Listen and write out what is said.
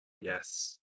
Yes